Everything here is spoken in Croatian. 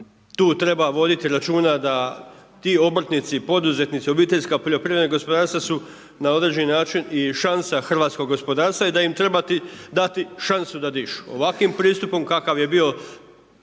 tu treba voditi računa da ti obrtnici, poduzetnici, obiteljska poljoprivredna gospodarstva, su na određeni način i šansa hrvatskog gospodarstva i da im treba dati šansu da dišu. Ovakvim pristupom kakav je bio